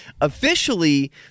officially